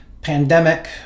pandemic